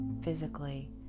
physically